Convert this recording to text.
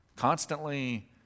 constantly